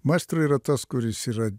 maestro yra tas kuris yra